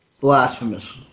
Blasphemous